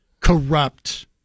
corrupt